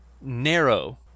narrow